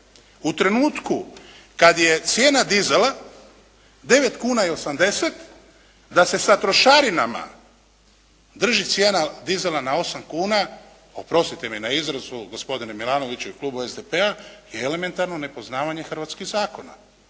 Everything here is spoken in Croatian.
u trenutku kad je cijena dizela 9 kuna i 80, da se sa trošarinama drži cijena dizela na 8 kuna oprostite mi na izrazu gospodine Milanoviću i klubu SDP-a je elementarno nepoznavanje hrvatskih zakona.